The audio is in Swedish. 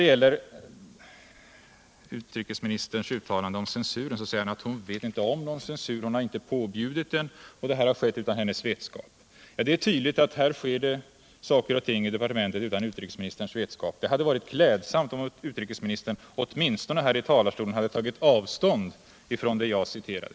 Beträffande censuren sade utrikesministern att hon inte vet om någon censur. Hon har inte påbjudit någon sådan, utan det här har skett utan hennes vetskap. Det är tydligt att det i departementet sker saker utan att utrikesministern vet om det. Det hade varit klädsamt om utrikesministern i talarstolen åtminstone tagit avstånd från det jag citerade.